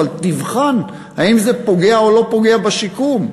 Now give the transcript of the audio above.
אבל תבחן אם זה פוגע או לא פוגע בשיקום.